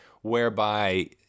whereby